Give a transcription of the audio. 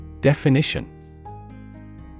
Definition